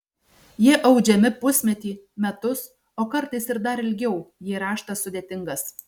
jie audžiami pusmetį metus o kartais ir dar ilgiau jei raštas sudėtingas